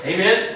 Amen